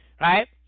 right